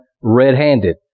red-handed